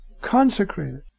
consecrated